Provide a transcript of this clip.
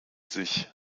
sich